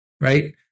right